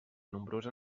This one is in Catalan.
nombrosa